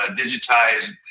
digitized